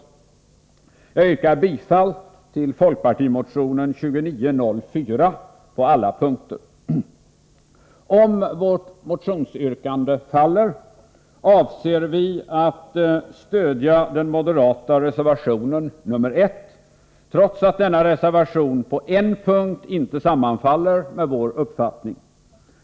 Jag yrkar bifall till folkpartimotionen 2904 på alla punkter. Om vårt motionsyrkande faller, avser vi att stödja den moderata reservationen nr 1, trots att denna reservation på en punkt inte sammanfaller med vår uppfattning.